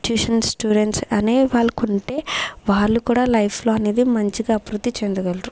tuition students అనే వాళ్ళకుంటే వాళ్ళు కూడా లైఫ్లో అనేది మంచిగా అభివృద్ధి చెందగలరు